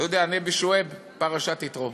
אתה יודע, נבי שועייב, פרשת יתרו.